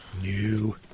new